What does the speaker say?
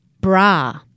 bra